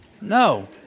No